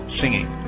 singing